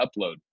upload